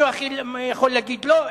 מישהו יכול להגיד "לא"?